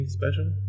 special